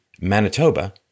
Manitoba